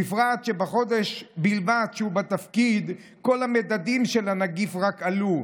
בפרט שבחודש בלבד שהוא בתפקיד כל המדדים של הנגיף רק עלו,